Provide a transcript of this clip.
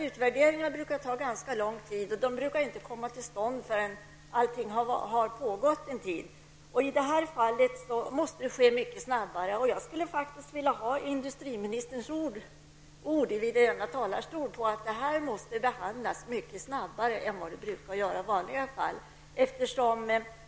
Utvärderingar brukar ta ganska lång tid och brukar inte heller komma till stånd förrän saker och ting har pågått en tid. I det här fallet måste en utvärdering ske snabbare. Jag skulle vilja ha industrimininsterns ord i denna talarstol på att detta måste behandlas snabbare än vad som sker i vanliga fall.